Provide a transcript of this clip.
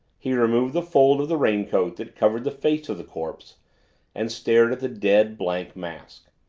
he removed the fold of the raincoat that covered the face of the corpse and stared at the dead, blank mask.